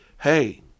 hey